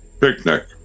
picnic